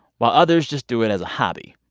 while others just do it as a hobby.